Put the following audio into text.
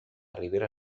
ribera